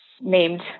named